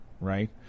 right